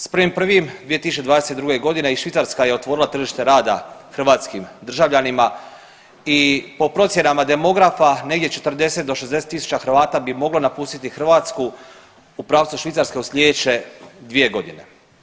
S 1.1.2022. godine i Švicarska je otvorila tržište rada hrvatskim državljanima i po procjenama demografa negdje 40 do 60.000 Hrvata mi moglo napustiti Hrvatsku u pravcu Švicarske u slijedeće 2 godine.